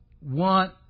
want